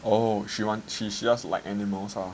oh she want she just like animals lah